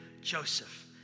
Joseph